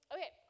Okay